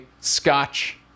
Scotch